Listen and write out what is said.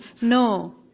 No